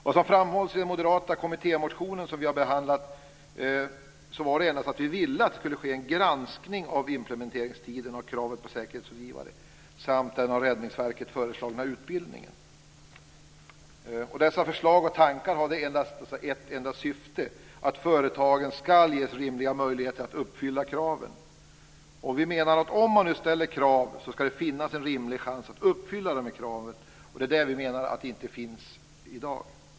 Vad som framhålls i den moderata kommittémotionen, som utskottet har behandlat, är att vi vill att det skall ske en granskning av implementeringstiden av kravet på säkerhetsrådgivare samt den av Räddningsverket föreslagna utbildningen. Dessa förslag och tankar hade ett enda syfte: att företagen skall ges rimliga möjligheter att uppfylla kraven. Om man nu ställer krav skall det finnas en rimlig chans att uppfylla dessa krav. Vi menar att det inte finns det i dag.